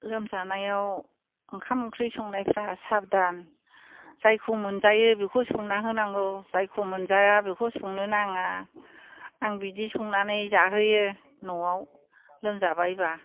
लोमजानायाव ओंखाम ओंख्रि संनायफ्रा साब'दान जायखौ मोनजायो बेखौ संना होनांगौ जायखौ मोनजाया बेखौ संनो नाङा आं बिदि संनानै जाहोयो न'आव लोमजाबायब्ला